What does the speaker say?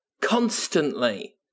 Constantly